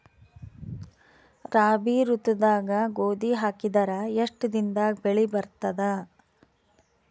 ರಾಬಿ ಋತುದಾಗ ಗೋಧಿ ಹಾಕಿದರ ಎಷ್ಟ ದಿನದಾಗ ಬೆಳಿ ಬರತದ?